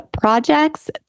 projects